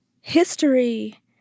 history